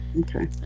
Okay